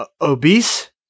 obese